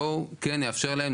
בואו כן נאפשר להם,